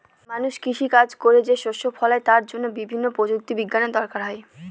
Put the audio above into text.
মানুষ কৃষি কাজ করে যে শস্য ফলায় তার জন্য বিভিন্ন প্রযুক্তি বিজ্ঞানের দরকার হয়